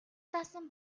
даасан